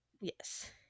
yes